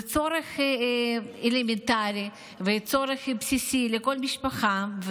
זה צורך אלמנטרי וצורך בסיסי לכל משפחה,